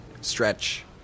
stretch